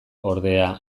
ordea